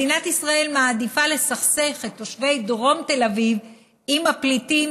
מדינת ישראל מעדיפה לסכסך את תושבי דרום תל אביב עם הפליטים,